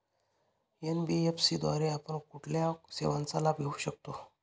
NBFC द्वारे आपण कुठल्या सेवांचा लाभ घेऊ शकतो?